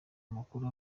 amakuru